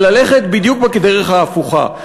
זה ללכת בדיוק בדרך ההפוכה,